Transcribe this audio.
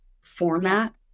format